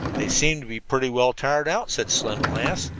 they seem to be pretty well tired out, said slim at last.